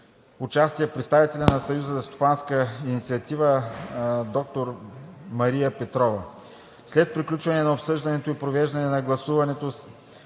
участие представителят на Съюза за стопанска инициатива доктор Мария Петрова. След приключване на обсъждането и проведеното гласуване